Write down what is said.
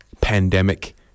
pandemic